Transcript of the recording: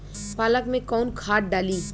पालक में कौन खाद डाली?